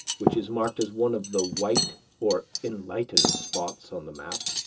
which is marked as one of the white or enlightened spots on the map.